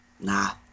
Nah